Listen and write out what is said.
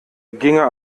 ginge